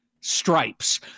stripes